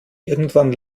irgendwann